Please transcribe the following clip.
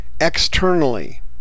externally